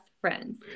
friends